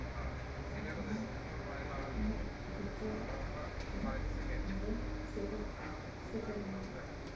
ᱟᱨ ᱚᱱᱟ ᱤᱧᱟᱹᱜ ᱯᱤᱡᱽᱡᱟ ᱛᱤᱧ ᱱᱚᱸᱰᱮ ᱥᱮᱴᱮᱨ ᱥᱮᱴᱮᱨᱟᱹᱧᱢᱟ